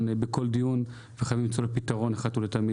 בכל דיון וחייבים למצוא לו פתרון אחת ולתמיד.